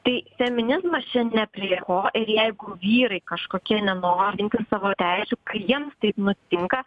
tai feminizmas čia ne prie ko ir jeigu vyrai kažkokie nenorintys savo teisių kai jiems taip nutinka